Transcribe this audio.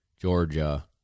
Georgia